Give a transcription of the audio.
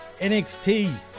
nxt